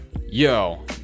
Yo